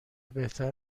بهتر